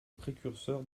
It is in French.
précurseur